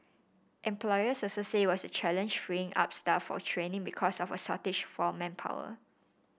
employers also say it was a challenge freeing up staff for training because of a shortage of manpower